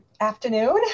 afternoon